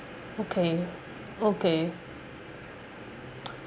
okay okay